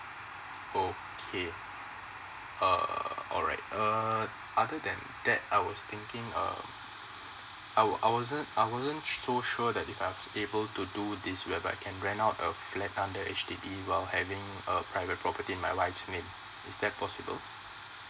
uh okay err alright uh other than that I would uh I will I wasn't I wasn't so sure that if I'm able to do this whereby I can rent out a flat under H_D_B while having a private property my wife's name is that possible